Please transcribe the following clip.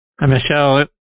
Michelle